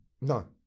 No